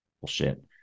Bullshit